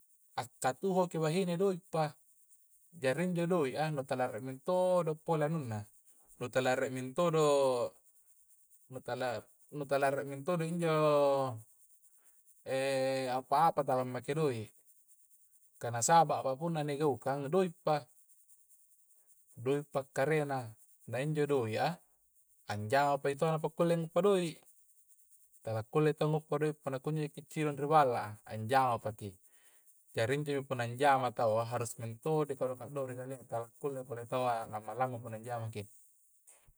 Akkatuhoki bahine doe' pa jari injo doe' a nu tala rie minto' do punna pole anunna nu tala rie mintodo nu tala rie mintodo injo apa-apa tala make doe' kah nasaba apapun na gigaukang doe' pa doe' pa akkarena na injo doe' a anjama paki taua na pakulle guppa doe' tala kulle tau mappa doe' punna kunjo jaki cidong ri balla a angjamapaki. jari intu injo punna anjamangki taua harus mintodo ki di kaddo-kadori kalea tala kulle pole taua a lamma-lamma punna anjamaki